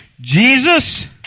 Jesus